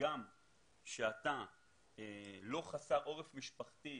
שהגם שאתה לא חסר עורף משפחתי,